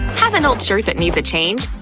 have an old shirt that needs a change?